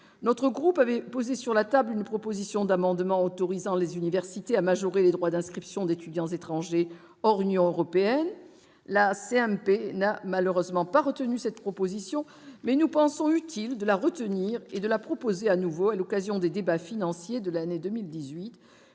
notre groupe avait posé sur la table une proposition d'amendement autorisant les universités à majorer les droits d'inscription d'étudiants étrangers hors Union européenne, la CMP n'a malheureusement pas retenu cette proposition mais nous pensons utile de la retenir et de la proposer à nouveau à l'occasion des débats financiers de l'année 2018